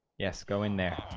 yes, go in there